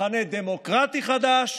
מחנה דמוקרטי חדש,